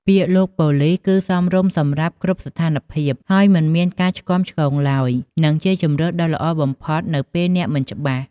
ពាក្យ "លោកប៉ូលិស" គឺសមរម្យសម្រាប់គ្រប់ស្ថានភាព ហើយមិនមានការឆ្គាំឆ្គងឡើយ និងជាជម្រើសដ៏ល្អបំផុតនៅពេលអ្នកមិនច្បាស់។